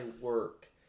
work